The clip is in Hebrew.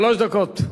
שלוש דקות.